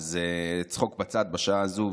וצחוק בצד בשעה הזאת.